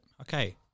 okay